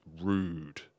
rude